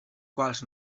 quals